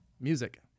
music